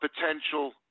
potential